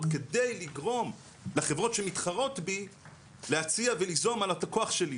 כדי לגרום לחברות שמתחרות בי להציע וליזום על הלקוח שלי.